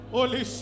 Holy